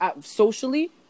socially